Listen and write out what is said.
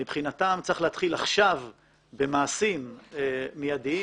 מבחינתם צריך להתחיל עכשיו במעשים מיידיים,